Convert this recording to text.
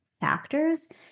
factors